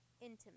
intimate